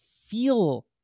feel